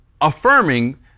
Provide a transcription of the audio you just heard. affirming